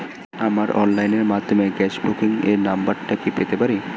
আমার অনলাইনের মাধ্যমে গ্যাস বুকিং এর নাম্বারটা কি পেতে পারি?